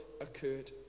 occurred